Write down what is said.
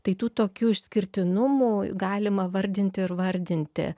tai tų tokių išskirtinumų galima vardinti ir vardinti